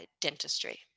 dentistry